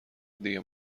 دیگه